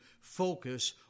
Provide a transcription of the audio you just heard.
focus